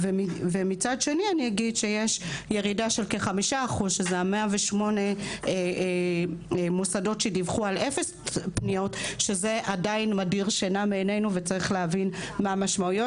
ופה אני אגיד שיש שיתוף פעולה מאוד-מאוד הדוק בין משרדי הממשלה